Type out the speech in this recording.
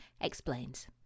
explains